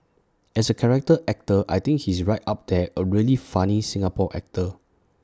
as A character actor I think he's right up there A really funny Singapore actor